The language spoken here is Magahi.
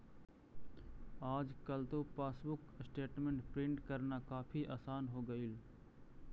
आजकल तो पासबुक स्टेटमेंट प्रिन्ट करना काफी आसान हो गईल